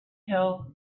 hill